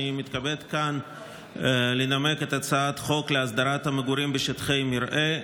אני מתכבד כאן לנמק את הצעת החוק להסדרת המגורים בשטחי מרעה,